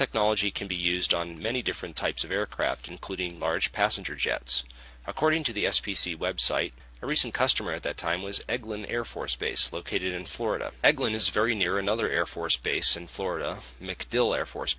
technology can be used on many different types of aircraft including large passenger jets according to the s p c web site a recent customer at that time was eglin air force base located in florida eglin is very near another air force base in florida macdill air force